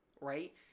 right